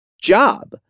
job